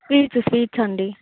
sweets sweets అండి